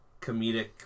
comedic